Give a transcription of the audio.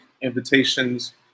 invitations